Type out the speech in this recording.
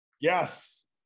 yes